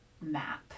map